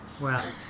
Wow